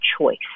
choice